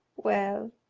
well,